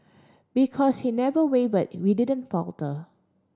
because he never waver we didn't falter